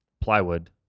plywood